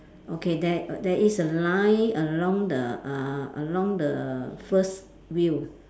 okay there err there is a line along the uh along the first wheel